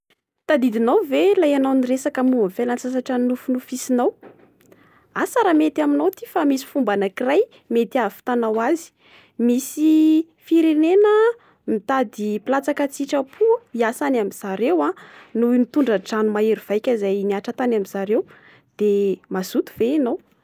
Tadidinao ve ilay enao niresaka momba ny fialantsasatra nonofinofisinao? Asa raha mety aminao ity fa misy fomba anakiray mety ahavitanao azy. Misy firenena mitady mpilatsaka an-tsitrapo hiasa any amin'ny zareo noho ny tondran-drano mahery vaika izay nihatra tany amin'ny zareo ,de mazoto ve enao?